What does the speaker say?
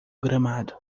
gramado